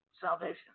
salvation